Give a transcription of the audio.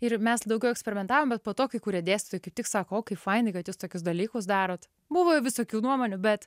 ir mes daugiau eksperimentavom bet po to kai kurie dėstytojai kaip tik sako o kaip fainai kad jūs tokius dalykus darot buvo visokių nuomonių bet